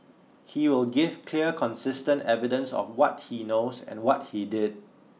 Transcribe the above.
he will give clear consistent evidence of what he knows and what he did